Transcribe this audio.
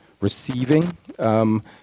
receiving